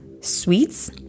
sweets